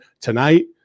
tonight